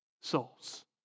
souls